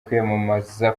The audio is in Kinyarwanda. kwiyamamaza